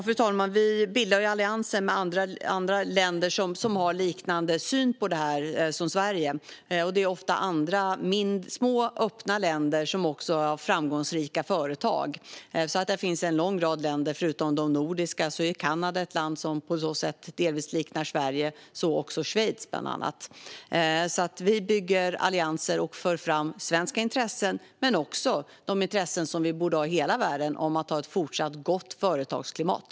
Fru talman! Vi bildar allianser med andra länder som har en liknande syn som Sverige på det här. Det är ofta små, öppna länder som också har framgångsrika företag. Det finns en lång rad länder. Förutom de nordiska länderna är Kanada ett land som på så sätt delvis liknar Sverige, så också Schweiz. Vi bygger allianser och för fram svenska intressen men också de intressen som vi borde ha i hela världen när det gäller att ha ett fortsatt gott företagsklimat.